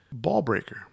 Ballbreaker